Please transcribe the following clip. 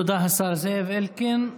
תודה, השר זאב אלקין.